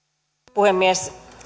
puhemies